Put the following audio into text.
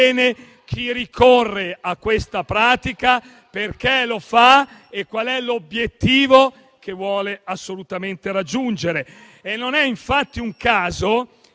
chi ricorre a questa pratica perché lo fa e qual è l'obiettivo che vuole assolutamente raggiungere. Non è infatti un caso